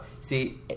See